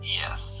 yes